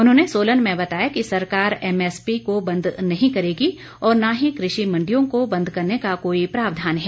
उन्होंने सोलन में बताया कि सरकार एमएसपी को बन्द नहीं करेगी और न ही कृषि मण्डियों को बंद करने का कोई प्रावधान है